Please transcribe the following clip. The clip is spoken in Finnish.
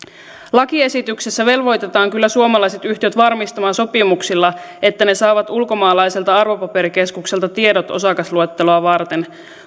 lakiesityksessä velvoitetaan kyllä suomalaiset yhtiöt varmistamaan sopimuksilla että ne saavat ulkomaalaiselta arvopaperikeskukselta tiedot osakasluetteloa varten